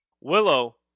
Willow